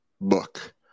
book